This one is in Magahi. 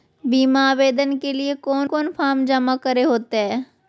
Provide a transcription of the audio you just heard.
बीमा आवेदन के लिए कोन कोन फॉर्म जमा करें होते